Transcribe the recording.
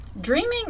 Dreaming